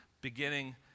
beginning